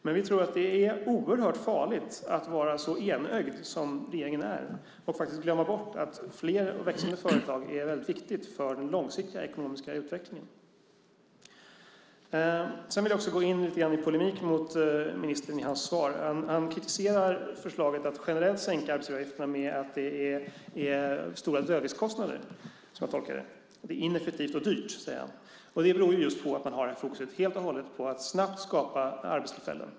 Men vi tror att det är oerhört farligt att vara så enögd som regeringen är och glömma bort att fler och växande företag är väldigt viktigt för den långsiktiga ekonomiska utvecklingen. Jag vill också gå i lite polemik mot ministerns svar. Han kritiserar förslaget om att generellt sänka arbetsgivaravgiften med hänvisning till att det, som jag tolkar det, medför stora dödviktskostnader. Det är ineffektivt och dyrt, säger han. Det beror ju på att man helt och hållet fokuserar på att snabbt skapa arbetstillfällen.